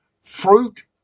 fruit